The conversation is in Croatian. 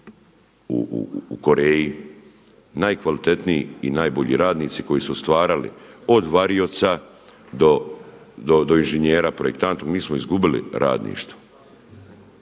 u Koreji. Najkvalitetniji i najbolji radnici koji su stvarali, od varioca do inženjera, projektanta. Mi smo izgubili radništvo.